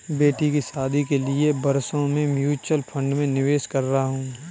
बेटी की शादी के लिए मैं बरसों से म्यूचुअल फंड में निवेश कर रहा हूं